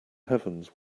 heavens